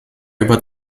über